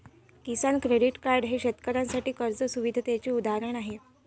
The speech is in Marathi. किसान क्रेडिट कार्ड हे शेतकऱ्यांसाठी कर्ज सुविधेचे उदाहरण आहे